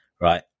right